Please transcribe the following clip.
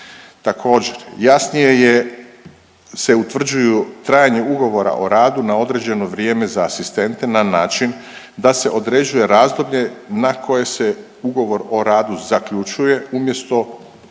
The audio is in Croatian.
Također, jasnije je se utvrđuju trajanje ugovora o radu na određeno vrijeme za asistente na način da se određuje razdoblje na koje se ugovor o radu zaključuje umjesto što je